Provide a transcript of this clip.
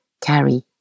carry